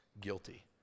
guilty